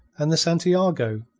and the santiago,